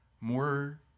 more